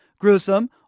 gruesome